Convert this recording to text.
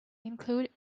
include